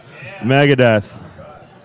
Megadeth